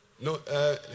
no